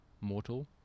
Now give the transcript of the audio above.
mortal